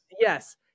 Yes